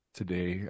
today